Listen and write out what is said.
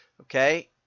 Okay